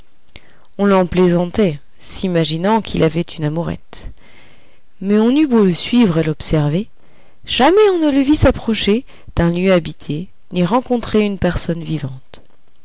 on l'en plaisantait s'imaginant qu'il avait une amourette mais on eût beau le suivre et l'observer jamais on ne le vit s'approcher d'un lieu habité ni rencontrer une personne vivante